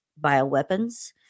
bioweapons